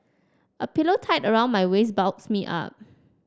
a pillow tied around my waist bulks me up